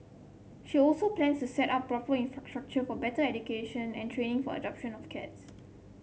she also plans to set up proper infrastructure for better education and training for adoption of cats